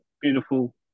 beautiful